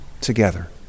together